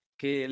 che